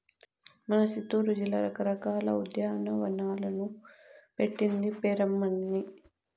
మన సిత్తూరు జిల్లా రకరకాల ఉద్యానవనాలకు పెట్టింది పేరమ్మన్నీ